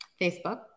Facebook